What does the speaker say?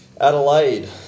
Adelaide